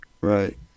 Right